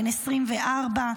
בן 24,